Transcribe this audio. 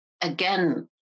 again